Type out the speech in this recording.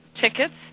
tickets